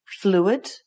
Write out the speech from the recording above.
fluid